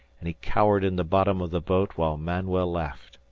and he cowered in the bottom of the boat while manuel laughed.